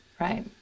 Right